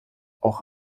auch